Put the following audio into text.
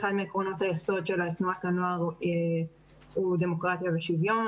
אחד מעקרונות היסוד של תנועת הנוער הוא דמוקרטיה ושוויון.